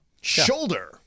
Shoulder